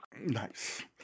Nice